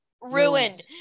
ruined